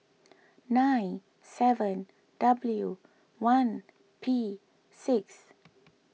nine seven W one P six